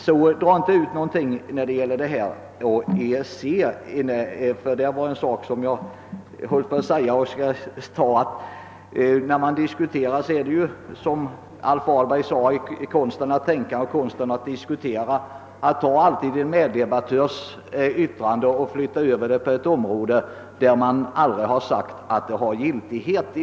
Drag alltså inte ut mer av mitt yttrande än det innebar! När man diskuterar är konsten, som Alf Ahlberg sade, att ta en meddebattörs yttrande och flytta över det på ett område där han aldrig har sagt att det äger giltighet.